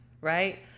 right